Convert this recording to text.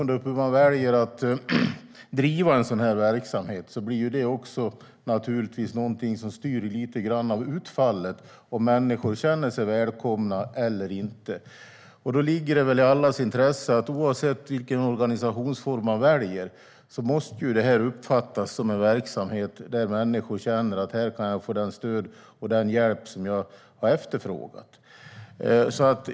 Hur man väljer att driva en sådan här verksamhet blir naturligtvis också något som styr utfallet, om människor känner sig välkomna eller inte. Då ligger det väl i allas intresse att detta, oavsett vilken organisationsform man väljer, måste uppfattas som en verksamhet där människor känner att de kan få det stöd och den hjälp som de efterfrågar.